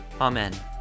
Amen